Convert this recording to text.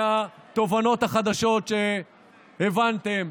מהתובנות החדשות שהבנתם,